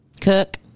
cook